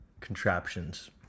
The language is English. contraptions